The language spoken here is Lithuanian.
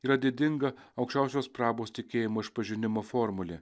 yra didinga aukščiausios prabos tikėjimo išpažinimo formulė